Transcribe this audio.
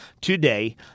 today